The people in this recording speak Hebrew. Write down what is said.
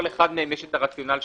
כרגע הדיון הוא בסעיף 4 להצעת החוק.